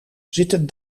zitten